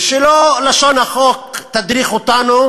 ושלא לשון החוק תדריך אותנו